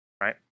right